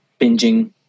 binging